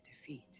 defeat